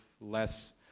less